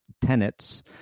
tenets